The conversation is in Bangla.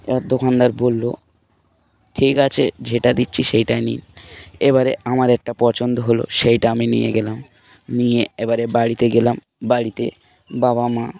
এবার দোকানদার বললো ঠিক আছে যেটা দিচ্ছি সেইটাই নিন এবারে আমার একটা পছন্দ হলো সেইটা আমি নিয়ে গেলাম নিয়ে এবারে বাড়িতে গেলাম বাড়িতে বাবা মা